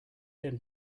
him